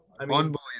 Unbelievable